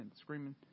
screaming